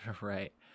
Right